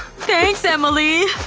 thanks, emily.